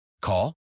Call